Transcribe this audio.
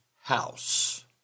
House